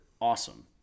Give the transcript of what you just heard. awesome